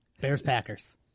Bears-Packers